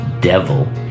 devil